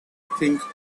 think